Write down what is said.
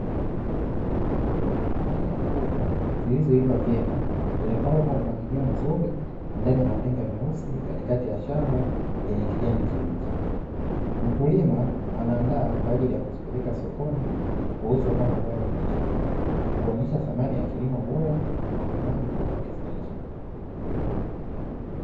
Nyanya kubwa zilizoiva vyema, zimepangwa kwa mpangilio mzuri ndani ya matenga meusi, katikati ya shamba lenye kijani kibichi. Mkulima anaandaa kwa ajili ya kuzipeleka sokoni, kuuzwa kama zao la biashara, kuonyesha thamani ya kilimo bora, na uvunaji kwa wakati sahihi.